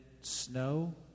snow